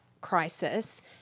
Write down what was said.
crisis